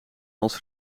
als